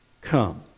come